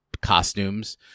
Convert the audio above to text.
costumes